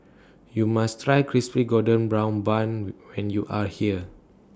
YOU must Try Crispy Golden Brown Bun when when YOU Are here